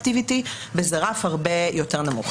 וזה רף הרבה יותר נמוך.